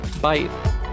Bye